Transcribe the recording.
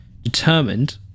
determined